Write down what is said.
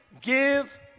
give